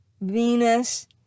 Venus